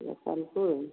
या सोनपुर